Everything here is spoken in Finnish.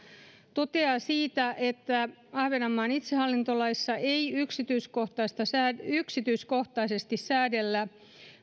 toteaa että ahvenanmaan itsehallintolaissa ei yksityiskohtaisesti säännellä yksityiskohtaisesti säännellä